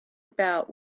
about